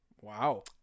Wow